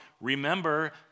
remember